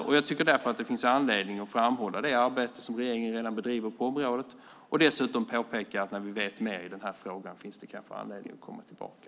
Det finns därför anledning att framhålla det arbete som regeringen redan bedriver på området och dessutom påpeka att när vi vet mer i denna fråga finns det kanske anledning att komma tillbaka.